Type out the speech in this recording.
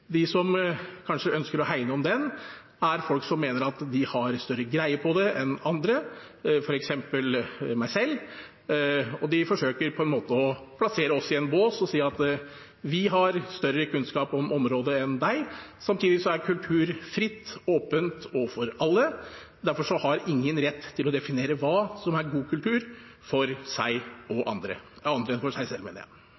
De som kanskje ønsker å hegne om den, er folk som mener at de har større greie på det enn andre, f.eks. meg selv, og de forsøker på en måte å plassere oss i en bås og si at de har større kunnskap om området enn vi har. Samtidig er kultur fritt, åpent og for alle. Derfor har ingen rett til å definere hva som er god kultur for andre enn for seg